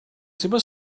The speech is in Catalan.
seva